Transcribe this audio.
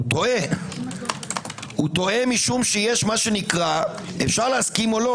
הוא טועה, משום שאפשר להסכים או לא.